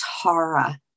Tara